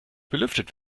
belüftet